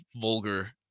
vulgar